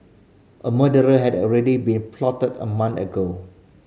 a murderer had already been plotted a month ago